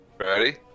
Ready